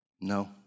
No